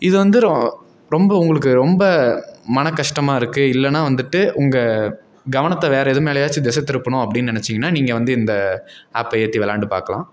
இது வந்து ரொம்ப உங்களுக்கு ரொம்ப மனகஷ்டமாக இருக்கும் இல்லைன்னா வந்துட்டு உங்கள் கவனத்தை வேறே எது மேலேயாச்சும் திசை திருப்பணும் அப்படினு நினச்சிங்கன்னா நீங்கள் வந்து இந்த ஆப்பை ஏற்றி விளயாண்டு பார்க்கலாம்